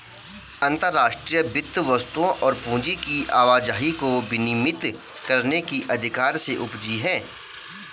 अंतर्राष्ट्रीय वित्त वस्तुओं और पूंजी की आवाजाही को विनियमित करने के अधिकार से उपजी हैं